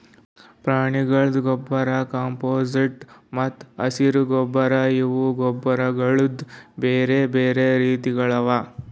ಪ್ರಾಣಿಗೊಳ್ದು ಗೊಬ್ಬರ್, ಕಾಂಪೋಸ್ಟ್ ಮತ್ತ ಹಸಿರು ಗೊಬ್ಬರ್ ಇವು ಗೊಬ್ಬರಗೊಳ್ದು ಬ್ಯಾರೆ ಬ್ಯಾರೆ ರೀತಿಗೊಳ್ ಅವಾ